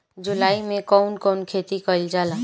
जुलाई मे कउन कउन खेती कईल जाला?